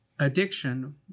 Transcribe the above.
Addiction